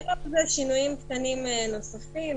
--- שינויים קטנים נוספים.